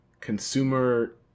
consumer